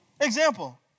Example